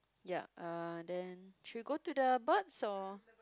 ya uh then should go to the birds or